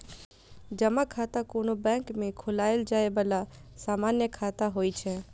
जमा खाता कोनो बैंक मे खोलाएल जाए बला सामान्य खाता होइ छै